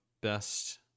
best